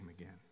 again